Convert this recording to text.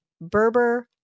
Berber